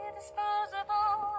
disposable